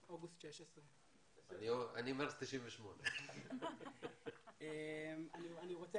אוגוסט 16'. אני מרס 98'. אני רוצה